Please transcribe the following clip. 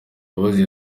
mbabazi